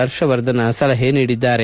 ಪರ್ಷವರ್ಧನ್ ಸಲಹೆ ಮಾಡಿದ್ದಾರೆ